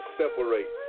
separate